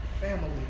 family